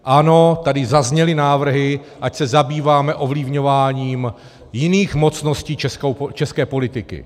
Ano, tady zazněly návrhy, ať se zabýváme ovlivňováním jiných mocností české politiky.